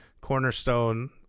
cornerstone